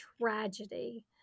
tragedy